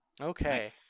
Okay